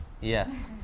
Yes